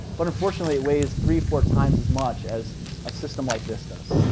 but unfortunately, it weights three, four times as much as a system like this does.